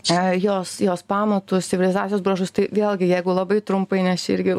čia jos jos pamatus civilizacijos bruožus tai vėlgi jeigu labai trumpai nes čia irgi